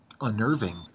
unnerving